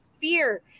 fear